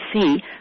see